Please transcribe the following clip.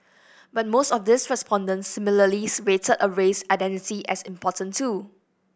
but most of these respondents similarly rated a race identity as important too